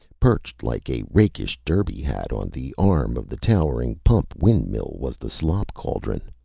perched like a rakish derby hat on the arm of the towering pump windmill was the slop cauldron.